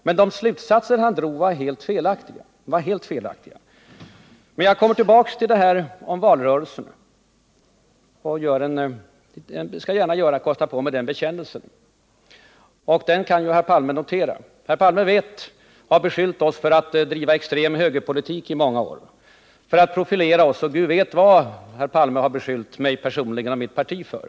Men de slutsatser Olof Palme drog var helt felaktiga. Jag kommer tillbaka till detta om valrörelsen och skall gärna kosta på mig en bekännelse, som Olof Palme kan notera. Olof Palme har i många år beskyllt oss för att driva en extrem högerpolitik och för att vi profilerat oss — Gud vet allt vad Olof Palme beskyllt mig personligen och mitt parti för.